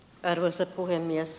arvoisa puhemies